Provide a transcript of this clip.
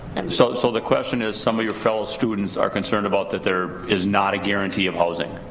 and so so the question is some of your fellow students are concerned about that there is not a guarantee of housing?